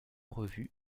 revu